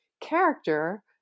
character